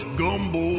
gumbo